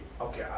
Okay